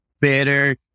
better